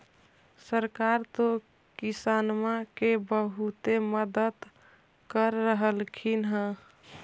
सरकार तो किसानमा के बहुते मदद कर रहल्खिन ह?